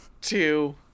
two